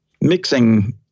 mixing